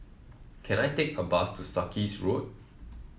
can I take a bus to Sarkies Road